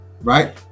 right